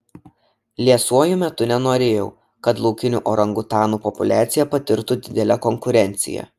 liesuoju metu nenorėjau kad laukinių orangutanų populiacija patirtų didelę konkurenciją